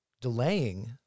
delaying